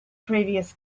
previous